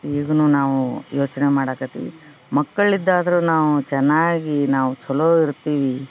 ಈಗೂನು ನಾವು ಯೋಚನೆ ಮಾಡಕತ್ತೀವಿ ಮಕ್ಕಳಿದ್ದಾದರೂ ನಾವು ಚೆನ್ನಾಗಿ ನಾವು ಚಲೋ ಇರ್ತೀವಿ